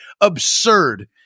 absurd